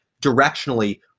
directionally